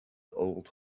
old